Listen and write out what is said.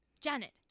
Janet